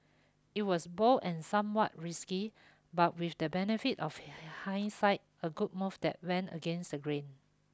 it was bold and somewhat risky but with the benefit of hindsight a good move that went against the grain